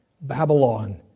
Babylon